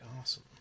awesome